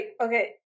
okay